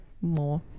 more